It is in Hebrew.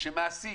כשמעסיק,